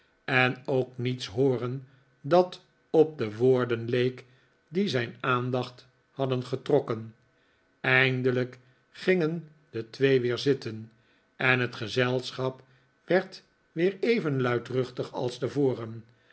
en ook niets hooren dat op de woorden leek die zijn aandacht hadden getrokken eindelijk gingen de twee weer zitten en het gezelschap werd weer even luidruchtig als